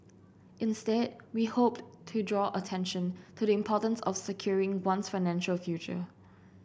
instead we hoped to draw attention to the importance of securing one's financial future